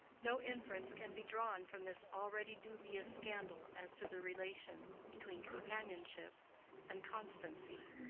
no inference can be drawn from this already dubious scandal as to the relation between companionship and constancy.